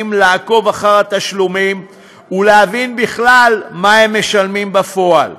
לעקוב אחר התשלומים ולהבין מה הם בכלל משלמים בפועל.